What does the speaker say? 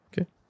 Okay